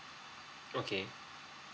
okay